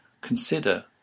consider